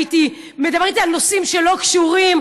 הייתי מדברת אתה על נושאים שלא קשורים.